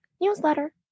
newsletter